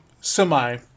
semi